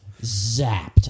zapped